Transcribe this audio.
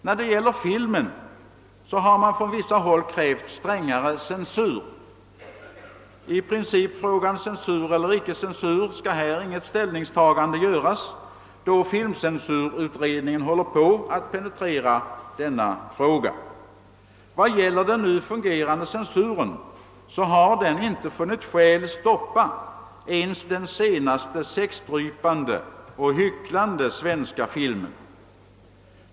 När det gäller filmen har man från vissa håll krävt strängare censur. I principfrågan censur eller icke censur skall här inget ställningstagande göras, då filmcensurutredningen håller på att penetrera den frågan. Den nu fungerande censuren har inte funnit skäl att stoppa ens den senaste sexdrypande och hycklande svenska filmen.